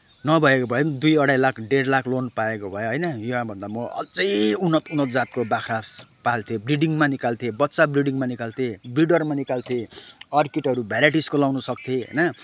नभएको भए पनि दुई अढाई लाख डेढ लाख लोन पाएको भए होइन यहाँभन्दा म अझै उन्नत उन्नत जातको बाख्रा पाल्थेँ ब्रिडिङमा निकाल्थेँ बच्चा ब्रिडिङमा ब्रिडरमा निकाल्थेँ अर्किडहरू भेराइटिसको लगाउन सक्थेँ होइन